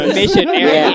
missionary